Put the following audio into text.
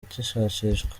agishakishwa